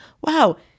wow